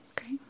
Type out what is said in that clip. okay